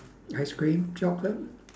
ice cream chocolate